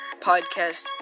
podcast